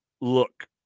look